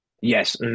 Yes